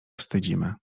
wstydzimy